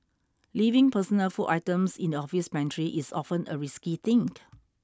leaving personal food items in the office pantry is often a risky thing